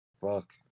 Fuck